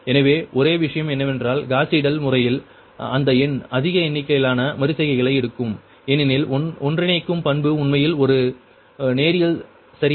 எனவே ஒரே விஷயம் என்னவென்றால் காஸ் சீடெல் முறையில் அந்த எண் அதிக எண்ணிக்கையிலான மறு செய்கைகளை எடுக்கும் ஏனெனில் ஒன்றிணைக்கும் பண்பு உண்மையில் ஒரு நேரியல் சரியா